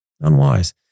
Unwise